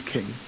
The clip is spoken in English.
King